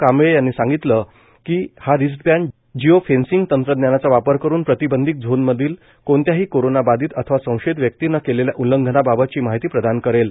कांबळे यांनी सांगितलं की हा रिस्टबँड जिओ फेंसिंग तंत्रज्ञानाचा वापर करून प्रतिबंधित झोनमधील कोणत्याही कोरोना बाधित अथवा संशयित व्यक्तीनं केलेल्या उल्लंघनाबद्दलची माहिती प्रदान करेल